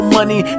money